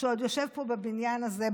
שעוד יושב פה בבניין הזה,